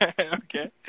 okay